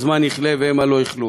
הזמן יכלה והמה לא יכלו.